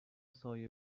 سایه